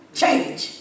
change